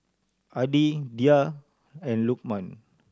Adi Dhia and Lukman